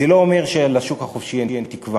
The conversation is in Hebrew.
זה לא אומר שלשוק החופשי אין תקווה.